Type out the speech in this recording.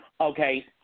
Okay